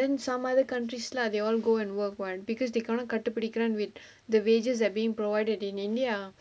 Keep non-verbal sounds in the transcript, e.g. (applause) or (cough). then some other countries lah they all go and work one because they கணக்கு கண்டு பிடிக்குறவ:kanakku kandu pidikurava win (breath) the wages are being provided in india (breath)